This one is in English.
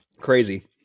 Crazy